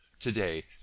Today